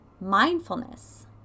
mindfulness